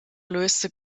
löste